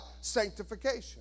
Sanctification